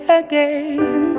again